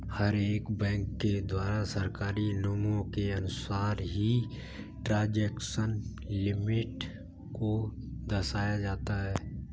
हर एक बैंक के द्वारा सरकारी नियमों के अनुसार ही ट्रांजेक्शन लिमिट को दर्शाया जाता है